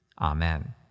Amen